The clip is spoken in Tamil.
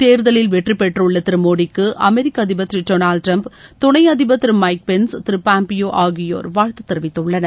தேர்தலில் வெற்றிபெற்றுள்ள திரு மோடிக்கு அமெரிக்க அதிபர் திரு டொனால்டு டிரம்ப் துணை அதிபர் திரு மைக் பென்ஸ் திரு பாம்பியோ ஆகியோர் வாழ்த்துத் தெரிவித்துள்ளனர்